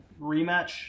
rematch